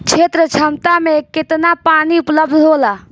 क्षेत्र क्षमता में केतना पानी उपलब्ध होला?